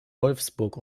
wolfsburg